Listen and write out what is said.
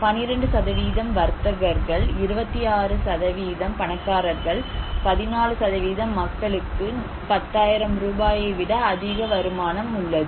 12 வர்த்தகர்கள் 26 பணக்காரர்கள் 14 மக்களுக்கு 10000 ரூபாயை விட அதிக வருமானம் உள்ளது